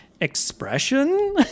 expression